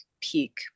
peak